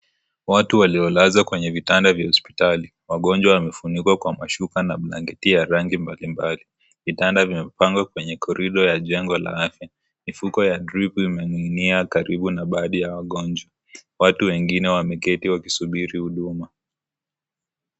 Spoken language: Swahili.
Watu waliolazwa kwenye vitanda vya hospitali, wagonjwa wamefunika kwa mashuka na blanketi ya rangi mbalimbali . Vitanda vimepangwa kwenye korido ya jengo la afya. Mifuko ya pia imeninginia karibu na wodi ya wagonjwa. Watu wengine wameketi wakisubiri huduma.